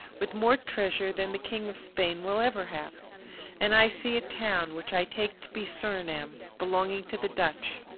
with more treasure than the king of spain will ever have and i see a town which i take to be surinam, belonging to the dutch.